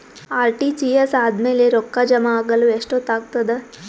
RTGS ಆದ್ಮೇಲೆ ರೊಕ್ಕ ಜಮಾ ಆಗಲು ಎಷ್ಟೊತ್ ಆಗತದ?